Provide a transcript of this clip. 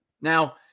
Now